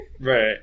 Right